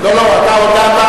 לא לא, אתה הודעת על